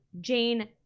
Jane